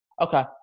Okay